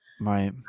Right